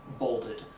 bolded